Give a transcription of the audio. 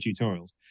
tutorials